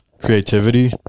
creativity